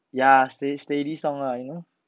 ya stea~steady song lah you know